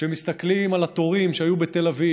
כשמסתכלים על התורים שהיו בתל אביב